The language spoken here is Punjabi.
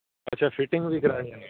ਅੱਛਾ ਫਿਟਿੰਗ ਵੀ ਕਰਾਉਣੀ ਆ